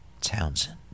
Townsend